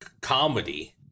comedy